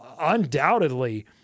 undoubtedly